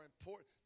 important